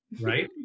right